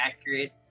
accurate